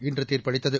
இன்று தீர்ப்பளித்தது